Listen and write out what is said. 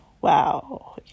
wow